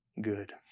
good